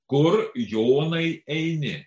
kur jonai eini